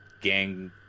gang